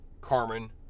Carmen